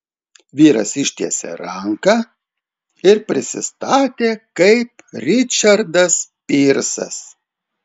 vyras ištiesė ranką ir prisistatė kaip ričardas pyrsas